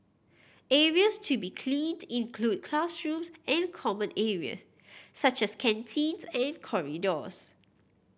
areas to be cleaned include classrooms and common areas such as canteens and corridors